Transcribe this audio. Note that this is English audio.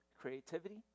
creativity